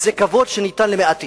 זה כבוד שניתן למעטים.